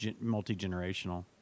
multi-generational